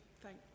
thank